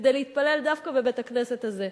כדי להתפלל דווקא בבית-הכנסת הזה.